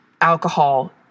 alcohol